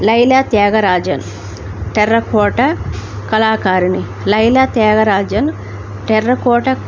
Laila Thyagarajan terracotta కళాకారుణి Laila Thyagarajan terracotta